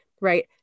right